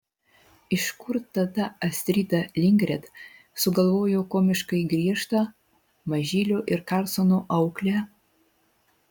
iš kur tada astrida lindgren sugalvojo komiškai griežtą mažylio ir karlsono auklę